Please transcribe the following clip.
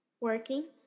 Working